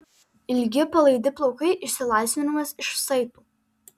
ilgi palaidi plaukai išsilaisvinimas iš saitų